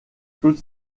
toutes